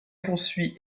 poursuit